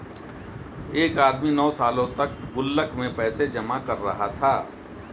एक आदमी नौं सालों तक गुल्लक में पैसे जमा कर रहा था